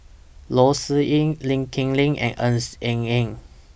Loh Sin Yun Lee Kip Lee and Ng Eng Hen